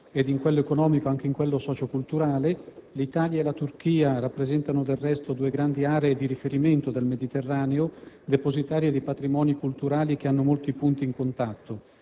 ed in quello economico, anche in quello socio-culturale. L’Italia e la Turchia rappresentano, del resto, due grandi aree di riferimento del Mediterraneo, depositarie di patrimoni culturali che hanno molti punti in contatto.